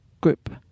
group